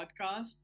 podcast